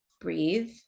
breathe